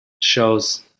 shows